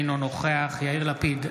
אינו נוכח יאיר לפיד,